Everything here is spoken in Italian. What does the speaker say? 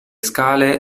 scale